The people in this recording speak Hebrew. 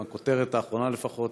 לפי הכותרת האחרונה לפחות,